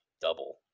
double